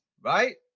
right